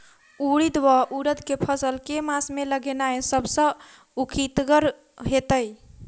उड़ीद वा उड़द केँ फसल केँ मास मे लगेनाय सब सऽ उकीतगर हेतै?